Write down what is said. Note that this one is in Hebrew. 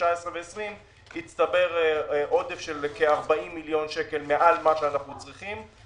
19 ו-20 הצטבר עודף של כ-40 מיליון שקל מעל מה שאנחנו צריכים.